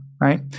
right